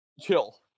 chill